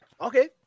Okay